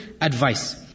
advice